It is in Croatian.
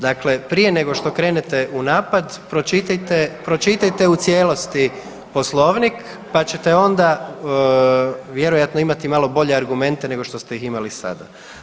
Dakle, prije nego što krenete u napad pročitajte, pročitajte u cijelosti Poslovnik pa ćete onda vjerojatno imati malo bolje argumente nego što ste ih imali sada.